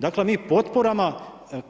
Dakle, mi potporama